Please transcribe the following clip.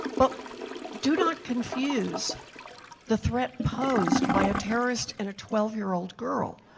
but do not confuse the threat posed by a terrorist and a twelve year old girl.